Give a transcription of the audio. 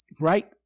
right